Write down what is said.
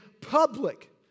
public